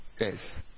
Yes